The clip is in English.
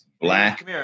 black